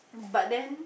but then